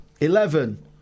Eleven